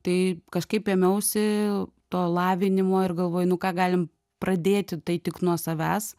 tai kažkaip ėmiausi to lavinimo ir galvoju nu ką galim pradėti tai tik nuo savęs